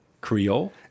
Creole